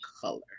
color